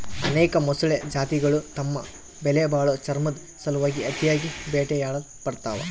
ಅನೇಕ ಮೊಸಳೆ ಜಾತಿಗುಳು ತಮ್ಮ ಬೆಲೆಬಾಳೋ ಚರ್ಮುದ್ ಸಲುವಾಗಿ ಅತಿಯಾಗಿ ಬೇಟೆಯಾಡಲ್ಪಡ್ತವ